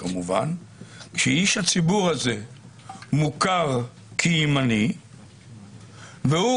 כמובן כשאיש הציבור הזה מוכר כימני והוא